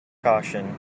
caution